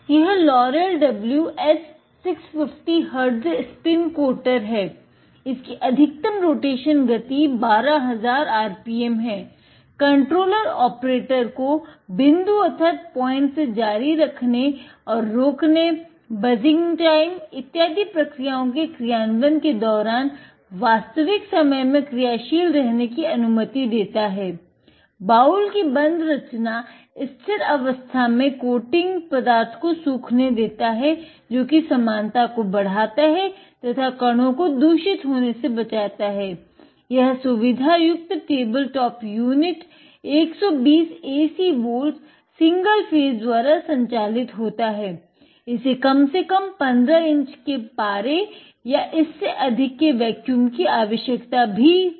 यह Laurell W S 650 HZ spin coater या इससे अधिक के वेक्यूम कि आवशयकता भी होता है